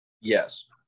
yes